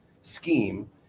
scheme